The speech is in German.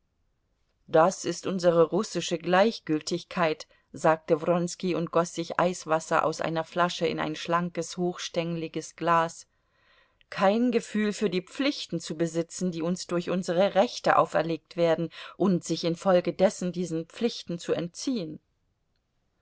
das ist unsere russische gleichgültigkeit sagte wronski und goß sich eiswasser aus einer flasche in ein schlankes hochstengliges glas kein gefühl für die pflichten zu besitzen die uns durch unsere rechte auferlegt werden und sich infolgedessen diesen pflichten zu entziehen